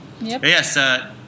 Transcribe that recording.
Yes